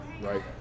right